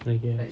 I guess